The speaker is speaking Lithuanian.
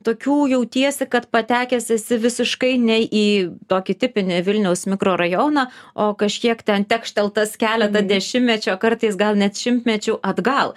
tokių jautiesi kad patekęs esi visiškai ne į tokį tipinį vilniaus mikrorajoną o kažkiek ten tekšteltas keletą dešimtmečių o kartais gal net šimtmečių atgal